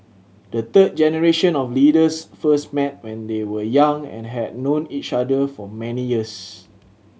the third generation of leaders first met when they were young and had known each other for many years